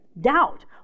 doubt